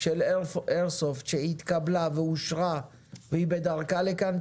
של איירסופט שהתקבלה ואושרה והיא בדרכה לכאן,